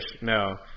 no